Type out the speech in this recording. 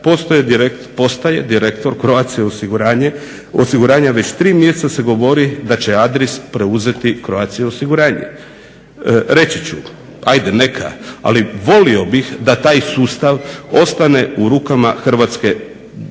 postaje direktor Croatia osiguranja. Već tri mjeseca se govori da će Adris preuzeti Croatia osiguranje. Reći ću ajde neka, ali volio bih da taj sustav ostane u rukama Hrvatske države.